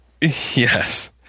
Yes